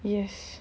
yes